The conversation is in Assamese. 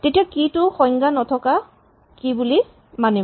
তেতিয়া কী টোক সংজ্ঞা নথকা কী বুলি মানিব